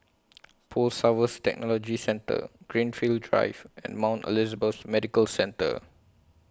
Post Harvest Technology Centre Greenfield Drive and Mount Elizabeth Medical Centre